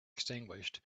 extinguished